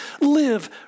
live